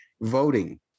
voting